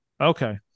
Okay